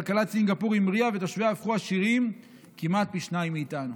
כלכלת סינגפור המריאה ותושביה הפכו עשירים כמעט פי שניים מאיתנו.